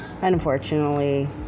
unfortunately